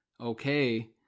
okay